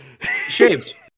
Shaved